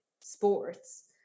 sports